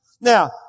Now